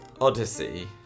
Odyssey